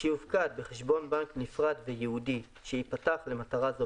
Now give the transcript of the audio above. שיופקד בחשבון בנק נפרד וייעודי שייפתח למטרה זו